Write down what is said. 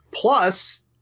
Plus